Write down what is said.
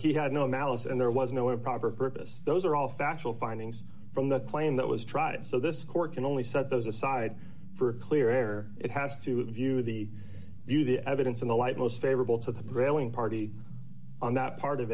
he had no malice and there was no improper purpose those are all factual findings from the claim that was tried so this court can only set those aside for a clear air it has to view the view the evidence in the light most favorable to the prevailing party on that part of